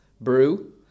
brew